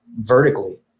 vertically